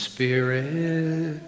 Spirit